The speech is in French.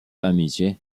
amitié